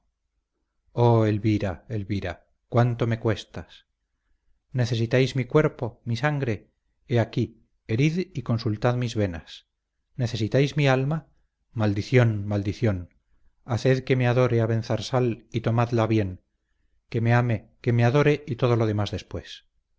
oh elvira elvira cuánto me cuestas necesitáis mi cuerpo mi sangre he aquí herid y consultad mis venas necesitáis mi alma maldición maldición haced que me adore abenzarsal y tomadla bien que me ame que me adore y todo lo demás después